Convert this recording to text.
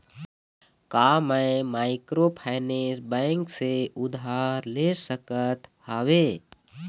का मैं microfinance bank से उधार ले सकत हावे?